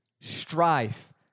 strife